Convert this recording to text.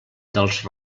dels